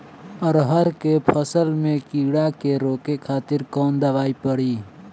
अरहर के फसल में कीड़ा के रोके खातिर कौन दवाई पड़ी?